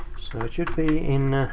so it should be in,